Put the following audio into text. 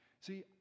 See